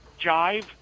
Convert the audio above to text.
jive